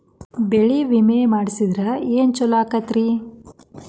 ಬೆಳಿ ವಿಮೆ ಮಾಡಿಸಿದ್ರ ಏನ್ ಛಲೋ ಆಕತ್ರಿ?